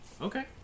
Okay